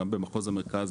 גם במחוז הצפון,